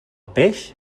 peix